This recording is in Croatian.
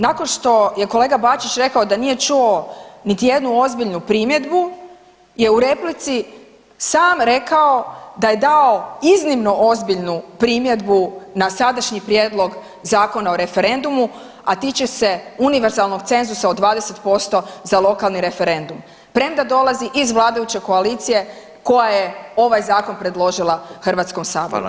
Nakon što je kolega Bačić rekao da nije čuo niti jednu ozbiljnu primjedbu je u replici sam rekao da je dao iznimno ozbiljnu primjedbu na sadašnji Prijedlog Zakona o referendumu a tiče se univerzalnog cenzusa od 20% za lokalni referendum premda dolazi iz vladajuće koalicije koja je ovaj zakon predložila Hrvatskom saboru.